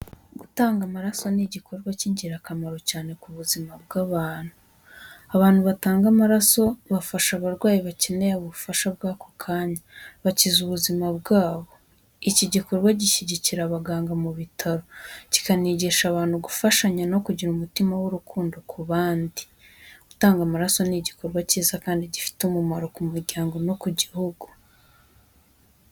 Gutanga amaraso ni igikorwa cy’ingirakamaro cyane ku buzima bw’abantu. Abantu batanga amaraso bafasha abarwayi bakeneye ubufasha bw’ako kanya, bakiza ubuzima bwabo. Iki gikorwa gishyigikira abaganga mu bitaro, kikanigisha abantu gufashanya no kugira umutima w’urukundo ku bandi. Gutanga amaraso ni igikorwa cyiza kandi gifite umumaro ku muryango no ku gihugu.